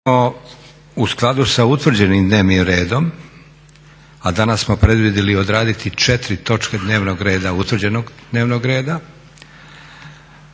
u skladu sa utvrđenim dnevnim redom a danas smo predvidjeli odraditi četiri točke dnevnog reda, utvrđenog dnevnog reda,